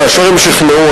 כאשר הם שכנעו,